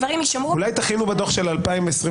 ואולי גם תוסיפו בדו"ח של 2022,